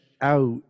out